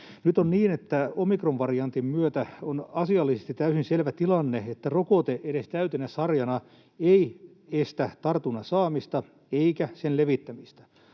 Nyt on niin, että omikronvariantin myötä on asiallisesti täysin selvä tilanne, että rokote ei edes täytenä sarjana estä tartunnan saamista eikä sen levittämistä.